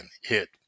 Hit